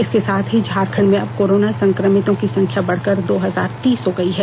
इसके साथ ही झारखंड में अब कोरोना संक्रमितों की संख्या बढ़कर दो हजार तीस हो गयी है